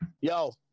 Yo